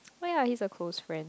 oh ya he's a close friend